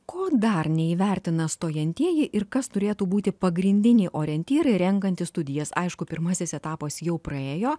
ko dar neįvertina stojantieji ir kas turėtų būti pagrindiniai orientyrai renkantis studijas aišku pirmasis etapas jau praėjo